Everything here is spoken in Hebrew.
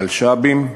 מלש"בים,